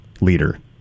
leader